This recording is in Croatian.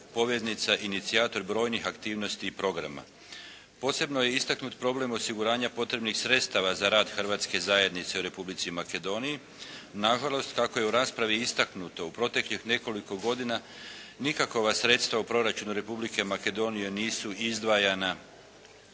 poveznica, inicijator brojnih aktivnosti i programa. Posebno je istaknut problem osiguranja potrebnih sredstava za rad hrvatske zajednice u Republici Makedoniji. Na žalost, kako je u raspravi istaknuto u proteklih nekoliko godina nikakova sredstva u proračunu Republike Makedonije nisu izdvajana